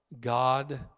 God